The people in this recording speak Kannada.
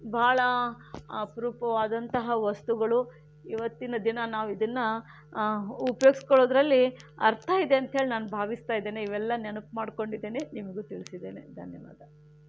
ಬಹಳ ಅಪರೂಪವಾದಂತಹ ವಸ್ತುಗಳು ಇವತ್ತಿನ ದಿನ ನಾವಿದನ್ನು ಉಪಯೋಗಿಸ್ಕೊಳ್ಳೋದ್ರಲ್ಲಿ ಅರ್ಥ ಇದೆ ಅಂತ ಹೇಳಿ ನಾನು ಭಾವಿಸ್ತಾ ಇದ್ದೇನೆ ಇವೆಲ್ಲ ನೆನಪು ಮಾಡಿಕೊಂಡಿದ್ದೇನೆ ನಿಮಗೂ ತಿಳಿಸಿದ್ದೇನೆ ಧನ್ಯವಾದ